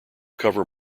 cover